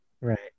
Right